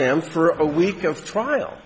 them for a week of trial